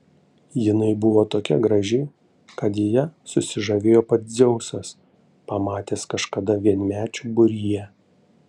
jinai buvo tokia graži kad ja susižavėjo pats dzeusas pamatęs kažkada vienmečių būryje